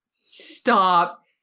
stop